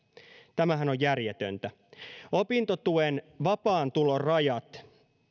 tämähän on järjetöntä opintotuen vapaan tulon rajat